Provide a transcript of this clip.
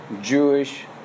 Jewish